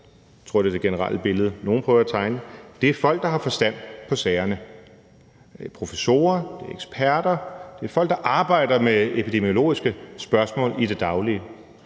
Jeg tror, det er det generelle billede, nogle prøver at tegne. Det er folk, der har forstand på sagerne. Det er professorer. Det er eksperter. Det er folk, der arbejder med epidemiologiske spørgsmål i det daglige.